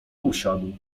usiadł